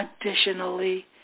Additionally